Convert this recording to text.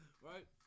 right